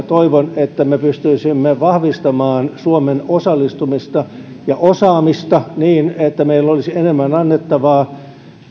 toivon että me pystyisimme vahvistamaan suomen osallistumista ja osaamista niin että meillä olisi enemmän annettavaa